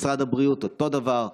משרד הבריאות, אותו הדבר.